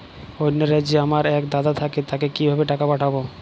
অন্য রাজ্যে আমার এক দাদা থাকে তাকে কিভাবে টাকা পাঠাবো?